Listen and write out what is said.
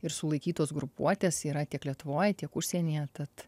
ir sulaikytos grupuotės yra tiek lietuvoj tiek užsienyje tad